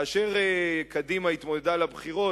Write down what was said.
כאשר קדימה התמודדה בבחירות,